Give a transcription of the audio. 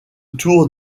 tour